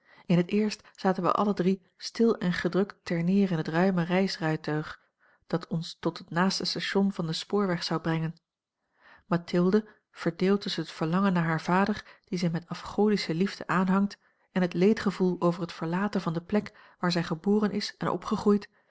in het eerst zaten wij alle drie stil en gedrukt terneer in het ruime reisrijtuig dat ons tot het naaste station van den spoorweg zou brengen mathilde verdeeld tusschen het verlangen naar haar vader dien zij met afgodische liefde aanhangt en het leedgevoel over het verlaten van de plek waar zij geboren is en opgegroeid